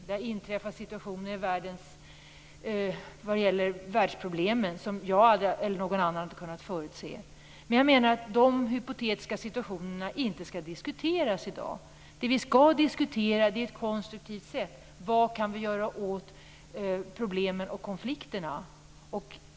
Det inträffar situationer vad gäller världsproblemen som varken jag eller någon annan kunnat förutse. Men jag menar att de hypotetiska situationerna inte skall diskuteras i dag. Det vi skall diskutera är ett konstruktivt sätt: Vad kan vi göra åt problemen och konflikterna?